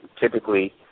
Typically